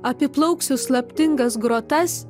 apiplauksiu slaptingas grotas